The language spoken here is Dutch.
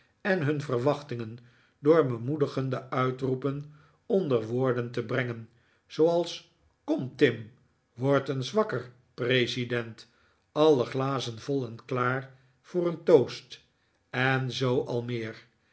en hun verwachtingen door bemoedigende uitroepen onder woorden te brengen zooals kom tim word eens wakker president alle glazen vol en klaar voor een toast en zoo al meer